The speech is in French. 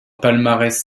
palmarès